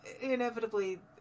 Inevitably